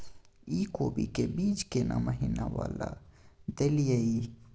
इ कोबी के बीज केना महीना वाला देलियैई?